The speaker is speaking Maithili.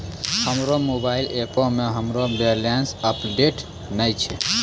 हमरो मोबाइल एपो मे हमरो बैलेंस अपडेट नै छै